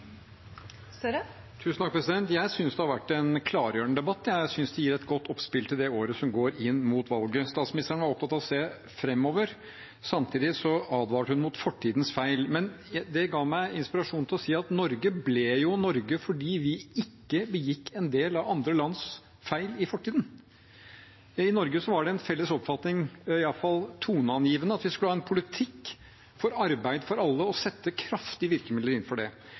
Jeg synes dette har vært en klargjørende debatt. Jeg synes den gir et godt oppspill til det året som går inn mot valget. Statsministeren var opptatt av å se framover. Samtidig advarte hun mot fortidens feil. Men det ga meg inspirasjon til å si at Norge jo ble Norge fordi vi ikke begikk en del av andre lands feil i fortiden. I Norge var det en felles oppfatning, i alle fall toneangivende, at vi skulle ha en politikk for arbeid for alle og sette kraftige virkemidler inn for det.